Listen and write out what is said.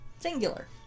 Singular